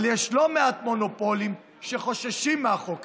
אבל יש לא מעט מונופולים שחוששים מהחוק הזה,